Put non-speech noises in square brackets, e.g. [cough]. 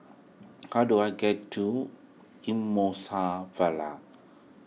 how do I get to [unintelligible] Vale